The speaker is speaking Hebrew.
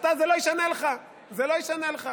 זה לא ישנה לך, זה לא ישנה לך.